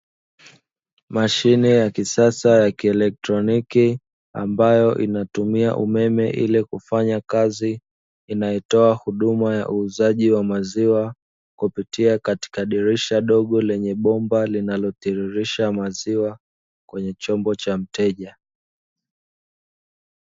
Mashine ya kisasa ya kieletroniki ambayo inatumia umeme ili kufanya kazi. Inayotoa huduma ya uuzaji wa maziwa kupitia katika dirisha dogo, lenye bomba linalotiririsha maziwa kwenye chombo cha mteja.